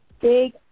big